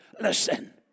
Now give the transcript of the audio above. Listen